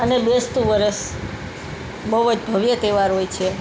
અને બેસતું વર્ષ બહુ જ ભવ્ય તહેવાર હોય છે